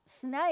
snake